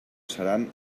seran